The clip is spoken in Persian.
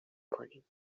کنیم